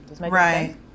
Right